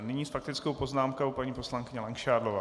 Nyní s faktickou poznámkou paní poslankyně Langšádlová.